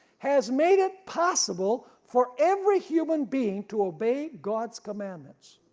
has made it possible for every human being to obey god's commandments.